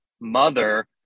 mother